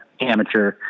amateur